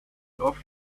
off